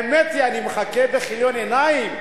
האמת היא שאני מחכה בכיליון עיניים,